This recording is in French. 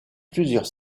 plusieurs